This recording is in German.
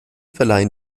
verleihen